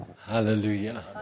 Hallelujah